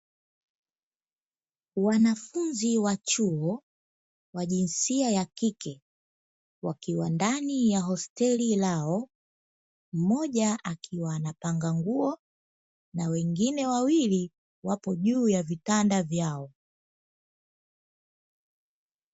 Wanafunzi wa chuo wa jinsia ya kike, wakiwa ndani ya hosteli lao mmoja akiwa anapanga nguo huku wengine wawili wapo juu ya vitanda vyao.